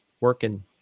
working